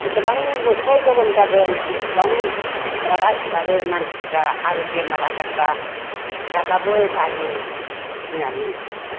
जिसिबां न'खराव गरम जागोन इसिबां रागा सिखारो मानसिफ्रा आरो बेमार आजारफ्रा रागाबो जायो होननानै